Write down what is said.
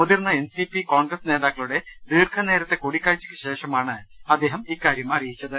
മുതിർന്ന N C P Congress നേതാക്കളുടെ ദീർഘനേരത്തെ കൂടിക്കാഴ്ചയ്ക്കുശേഷമാണ് അദ്ദേഹം ഇക്കാര്യം പറഞ്ഞത്